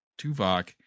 Tuvok